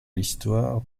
l’histoire